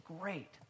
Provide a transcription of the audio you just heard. great